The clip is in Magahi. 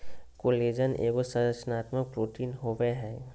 कोलेजन एगो संरचनात्मक प्रोटीन होबैय हइ